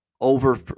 over